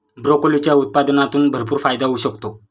ब्रोकोलीच्या उत्पादनातून भरपूर फायदा होऊ शकतो